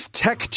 tech